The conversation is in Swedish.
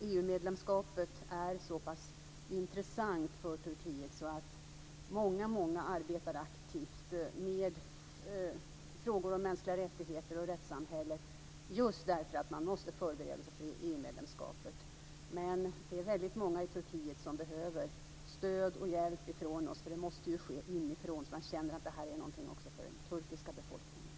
EU-medlemskapet är så pass intressant för Turkiet att många arbetar aktivt med frågor om mänskliga rättigheter och om rättssamhället just som förberedelse för ett sådant medlemskap. Det är väldigt många i Turkiet som behöver stöd och hjälp från oss, men det måste också komma inifrån, så att man känner att det här är någonting även för den turkiska befolkningen.